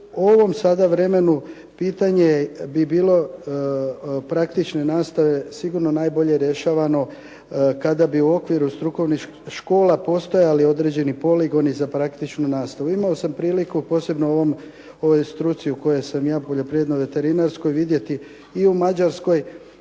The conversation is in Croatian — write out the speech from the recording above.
ovom sada vremenu pitanje bi bilo praktične nastave sigurno najbolje rješavanje kada bi u okviru strukovnih škola postojali određeni poligoni za praktičnu nastavu. Imao sam priliku, posebno u ovoj struci u kojoj sam ja poljoprivredno-veterinarskoj vidjeti i u Mađarskoj,